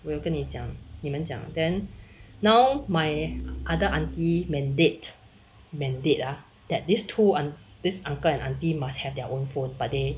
我有跟你讲你们讲 then now my other aunty mandate mandate ah that these two these uncle and auntie must have their own phone but they